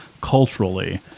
culturally